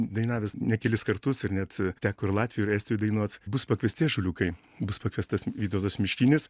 dainavęs ne kelis kartus ir net teko ir latvijoj ir estijoj dainuot bus pakviesti ąžuoliukai bus pakviestas vytautas miškinis